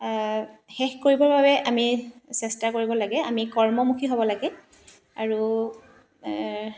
শেষ কৰিবৰ বাবে আমি চেষ্টা কৰিব লাগে আমি কৰ্মমুখী হ'ব লাগে আৰু